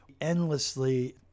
endlessly